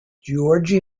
georgi